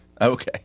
Okay